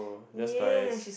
oh just nice